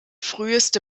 früheste